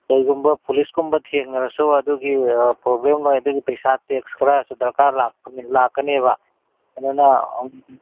ꯀꯩꯒꯨꯝꯕ ꯄꯨꯂꯤꯁ ꯀꯨꯝꯕ ꯊꯦꯡꯅꯔꯁꯨ ꯑꯗꯨꯒꯤ ꯑꯥ ꯄ꯭ꯔꯣꯕ꯭ꯂꯦꯝ ꯑꯣꯏ ꯑꯗꯨꯒꯤ ꯄꯩꯁꯥ ꯇꯦꯛꯁ ꯈꯔꯁꯨ ꯗꯔꯀꯥꯔ ꯂꯥꯛꯀꯅꯦꯕ ꯑꯗꯨꯅ